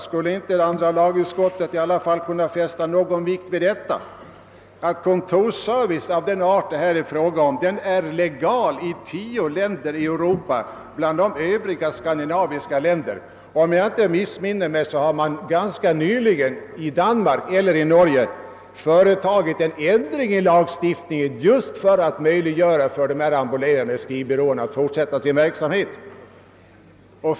Skulle andra lagutskottet i alla fall inte kunna fästa någon vikt vid den omständigheten att kontorsservice av den art som det här är fråga om är legal i tio länder i Europa, bland dem övriga skandinaviska länder? Om jag inte missminner mig har man ganska nyligen i Danmark eller i Norge företagit en ändring i lagstiftningen just för att möjliggöra för dessa ambulerande skrivbyråer att fortsätta sin verksamhet.